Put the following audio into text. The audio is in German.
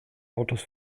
autos